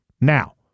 Now